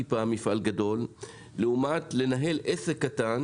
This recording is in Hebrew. פעם מפעל גדול לעומת לנהל עסק קטן